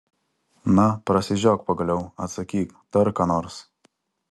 na prasižiok pagaliau atsakyk tark ką nors